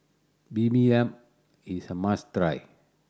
bibimbap is a must try